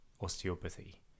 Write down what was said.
osteopathy